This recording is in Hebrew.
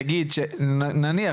אני שאלתי האם השר לביטחון פנים יגיד נניח